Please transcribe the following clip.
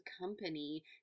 company